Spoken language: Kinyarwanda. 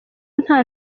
nta